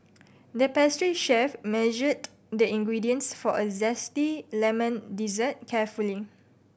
the pastry chef measured the ingredients for a zesty lemon dessert carefully